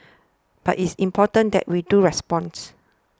but it's important that we do responds